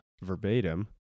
verbatim